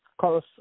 Carlos